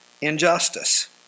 injustice